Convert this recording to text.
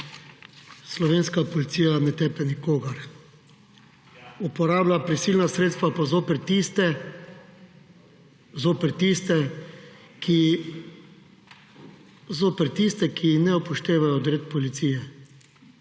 Slovenska policija ne tepe nikogar. Uporablja prisilna sredstva pa zoper tiste, ki ne upoštevajo odredb policije.